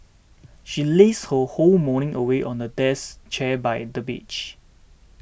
she lazed her whole morning away on the death chair by the beach